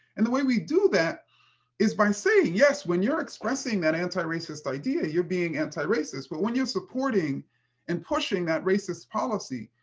and the way we do that is by saying, yes, when you're expressing that anti-racist idea, you're being anti-racist. but when you're supporting and pushing that racist policy,